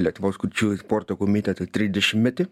lietuvos kurčiųjų sporto komiteto trisdešimtmetį